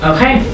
Okay